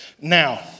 Now